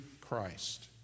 Christ